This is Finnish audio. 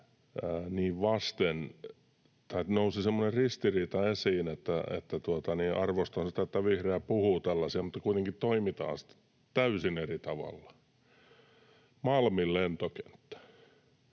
Tuntuu, että nousi ristiriita esiin. Arvostan sitä, että vihreät puhuvat tällaisia, mutta kuitenkin toimitaan sitten täysin eri tavalla. Malmin lentokenttä